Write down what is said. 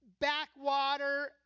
backwater